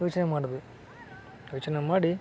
ಯೋಚನೆ ಮಾಡಿದ್ವಿ ಯೋಚನೆ ಮಾಡಿ